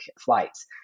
flights